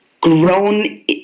grown